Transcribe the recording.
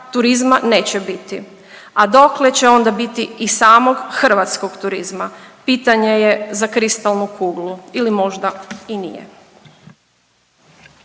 turizma neće biti. A dokle će onda biti i samog hrvatskog turizma pitanje je za kristalnu kuglu ili možda i nije.